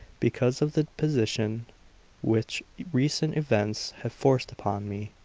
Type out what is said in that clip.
because of the position which recent events have forced upon me,